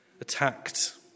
attacked